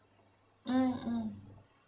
mm mm